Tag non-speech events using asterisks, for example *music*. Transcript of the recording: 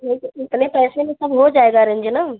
*unintelligible* इतने पैसे में सब हो जाएगा रंजना